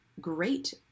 great